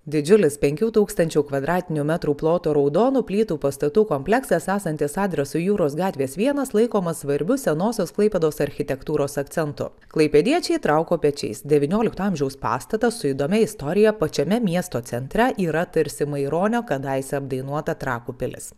didžiulis penkių tūkstančių kvadratinių metrų ploto raudonų plytų pastatų kompleksas esantis adresu jūros gatvės vienas laikomas svarbiu senosios klaipėdos architektūros akcentu klaipėdiečiai trauko pečiais devyniolikto amžiaus pastatas su įdomia istorija pačiame miesto centre yra tarsi maironio kadaise apdainuota trakų pilis